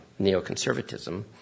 neoconservatism